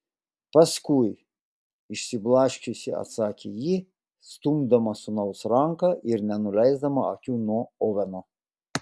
paskui išsiblaškiusi atsakė ji stumdama sūnaus ranką ir nenuleisdama akių nuo oveno